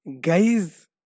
guys